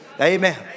Amen